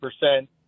percent